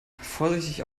vorsichtig